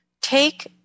Take